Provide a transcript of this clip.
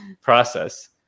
process